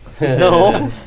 No